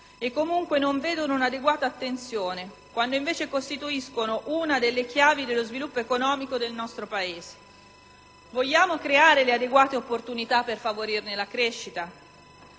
comunque, non sono oggetto di adeguata attenzione quando, invece, costituiscono una delle chiavi dello sviluppo economico del nostro Paese? Vogliamo creare le adeguate opportunità per favorirne la crescita?